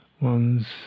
one's